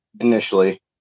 initially